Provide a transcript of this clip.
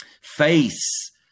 face